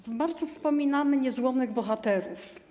W marcu wspominamy niezłomnych bohaterów.